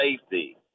safety